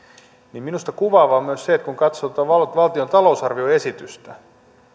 niin minusta kuvaavaa on myös se että kun katsoo tuota valtion talousarvioesitystä